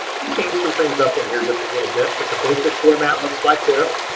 we change some things up in here just a little bit, but the basic format looks like this.